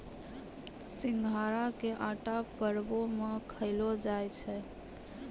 सिघाड़ा के आटा परवो मे खयलो जाय छै